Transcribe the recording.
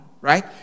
right